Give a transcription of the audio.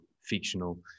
fictional